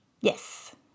Yes